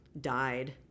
died